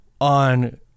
on